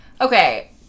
Okay